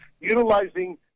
utilizing